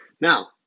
Now